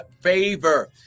favor